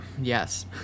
yes